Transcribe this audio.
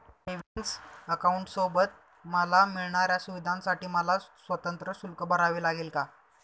Savings अकाउंटसोबत मला मिळणाऱ्या सुविधांसाठी मला स्वतंत्र शुल्क भरावे लागेल का?